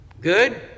Good